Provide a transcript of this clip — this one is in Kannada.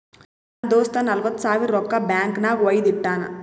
ನಮ್ ದೋಸ್ತ ನಲ್ವತ್ ಸಾವಿರ ರೊಕ್ಕಾ ಬ್ಯಾಂಕ್ ನಾಗ್ ವೈದು ಇಟ್ಟಾನ್